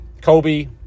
Kobe